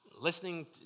listening